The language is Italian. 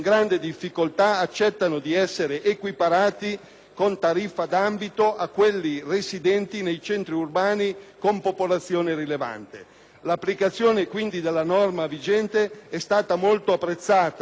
con tariffa d'ambito a quelli residenti nei centri urbani con popolazione rilevante. L'applicazione, quindi, della norma vigente è stata molto apprezzata da quei Comuni che, pur aderendo all'ambito,